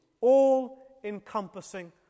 All-encompassing